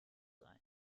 ein